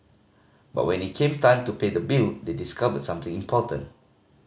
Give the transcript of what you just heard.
but when it came time to pay the bill they discovered something important